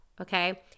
okay